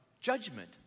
judgment